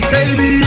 Baby